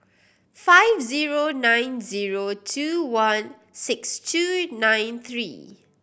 five zero nine zero two one six two nine three